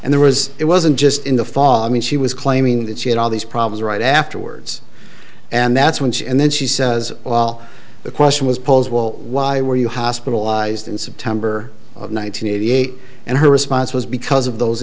and there was it wasn't just in the fall i mean she was claiming that she had all these problems right afterwards and that's when she and then she says well the question was posed well why were you hospitalized in september of one nine hundred eighty eight and her response was because of those